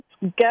go